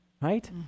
right